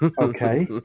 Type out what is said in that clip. okay